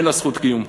אין לה זכות קיום.